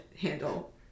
handle